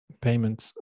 payments